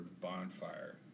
bonfire